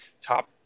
top